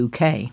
uk